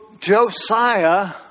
Josiah